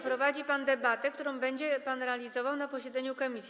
Prowadzi pan debatę, którą będzie pan realizował na posiedzeniu komisji.